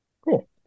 Cool